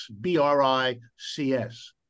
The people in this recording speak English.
B-R-I-C-S